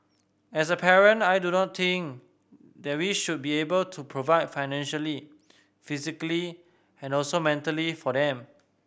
as a parent I do not think that we should be able to provide financially physically and also mentally for them